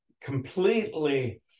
completely